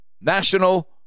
National